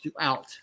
throughout